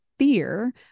fear